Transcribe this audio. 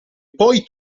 poi